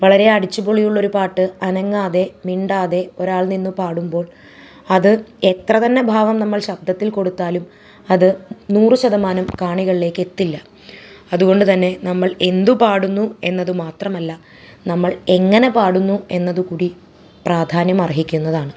വളരെ അടിച്ചു പൊളിയുള്ള ഒരു പാട്ട് അനങ്ങാതെ മിണ്ടാതെ ഒരാൾ നിന്നു പാടുമ്പോൾ അത് എത്ര തന്നെ ഭാവം നമ്മൾ ശബ്ദത്തിൽ കൊടുത്താലും അത് നൂറു ശതമാനം കാണികളിലേക്ക് എത്തില്ല അതുകൊണ്ടു തന്നെ നമ്മൾ എന്തു പാടുന്നു എന്നതു മാത്രമല്ല നമ്മൾ എങ്ങനെ പാടുന്നു എന്നതു കൂടി പ്രാധാന്യം അർഹിക്കുന്നതാണ്